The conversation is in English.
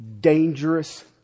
dangerous